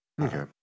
Okay